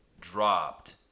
dropped